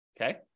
Okay